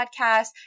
podcast